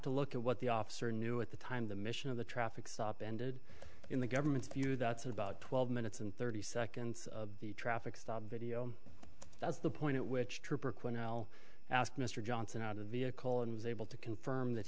to look at what the officer knew at the time the mission of the traffic stop ended in the government's view that's about twelve minutes and thirty seconds of the traffic stop video that's the point at which trooper quinn i'll ask mr johnson out of the call and was able to confirm that